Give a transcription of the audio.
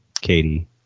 Katie